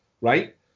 right